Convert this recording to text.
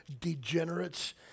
degenerates